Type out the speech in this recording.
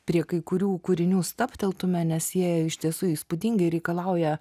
prie kai kurių kūrinių stabteltume nes jie iš tiesų įspūdingai reikalauja